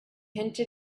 hinted